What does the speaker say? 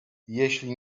jeśli